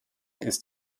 ist